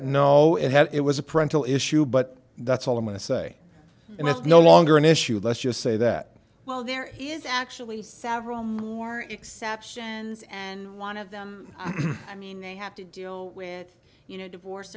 had it was a printer issue but that's all i'm going to say and it's no longer an issue let's just say that well there is actually several more exceptions and one of them i mean they have to deal with you know divorce